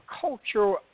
cultural